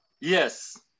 yes